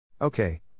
Okay